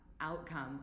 outcome